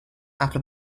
after